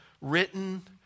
written